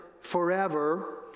forever